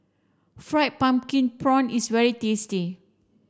fried pumpkin prawn is very tasty